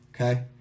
Okay